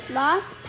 lost